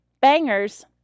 bangers